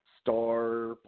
star